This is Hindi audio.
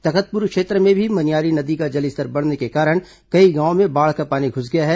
तखतपुर क्षेत्र में भी मनियारी नदी का जलस्तर बढ़ने के कारण कई गांवों में बाढ़ का पानी घुस गया है